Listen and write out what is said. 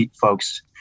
folks